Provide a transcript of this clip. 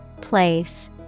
Place